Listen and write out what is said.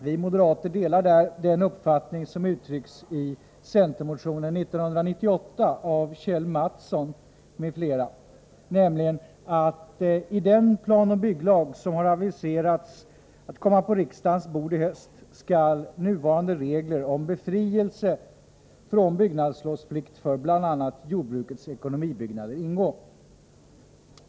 Vi moderater delar den uppfattning som uttrycks i centermotionen 1998 av Kjell Mattsson m.fl., nämligen att i den planoch bygglag som aviserats att komma på riksdagens bord i höst skall ingå nuvarande regler om befrielse från byggnadslovsplikt för bl.a. jordbrukets ekonomibyggnader.